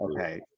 okay